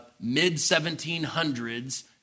mid-1700s